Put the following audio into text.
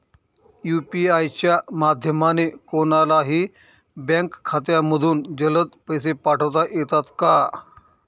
UPI च्या माध्यमाने कोणलाही बँक खात्यामधून जलद पैसे पाठवता येतात का?